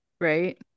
right